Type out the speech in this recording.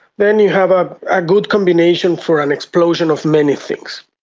then you have a good combination for an explosion of many things.